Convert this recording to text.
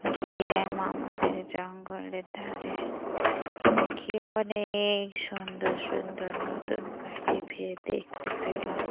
গিয়ে মামাদের জঙ্গলের ধারে দেখি অনেক সুন্দর সুন্দর নতুন পাখি ফের দেখতে পেলাম